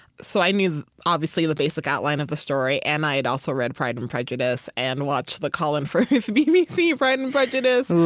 so i knew, obviously, the basic outline of the story, and i had also read pride and prejudice and watched the colin firth bbc pride and prejudice.